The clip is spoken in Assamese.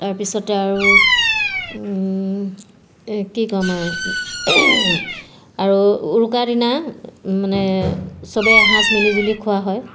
তাৰপিছতে আৰু এই কি ক'ম আৰু আৰু উৰুকাৰ দিনা মানে চবেই এসাঁজ মিলিজুলি খোৱা হয়